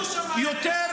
אתם אשמים ברצח.